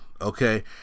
okay